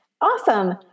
awesome